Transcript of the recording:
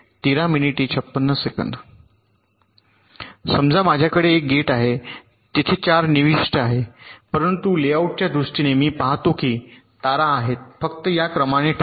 समजा माझ्याकडे एक गेट आहे तेथे 4 निविष्ट आहेत परंतु लेआउटच्या दृष्टीने मी पाहतो की तारा आहेत फक्त या क्रमाने ठरवले